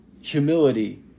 humility